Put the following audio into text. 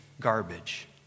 garbage